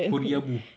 koreaboo